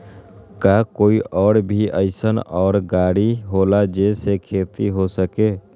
का कोई और भी अइसन और गाड़ी होला जे से खेती हो सके?